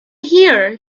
here